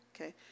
Okay